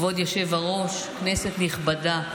כבוד היושב-ראש, כנסת נכבדה,